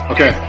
Okay